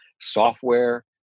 software